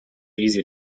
easy